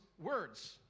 Words